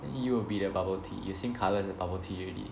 and you will be the bubble tea you same colour as the bubble tea you already